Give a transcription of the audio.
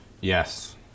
Yes